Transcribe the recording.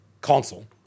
console